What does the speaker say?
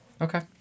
Okay